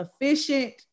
efficient